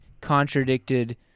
contradicted